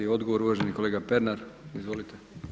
Odgovor uvaženi kolega Pernar, izvolite.